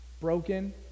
broken